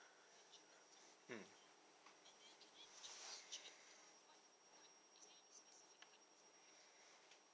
mm